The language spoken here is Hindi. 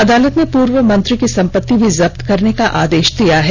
अदालत ने पुर्व मंत्री की संपत्ति भी जब्त करने का आदेष दिया है